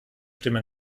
stimme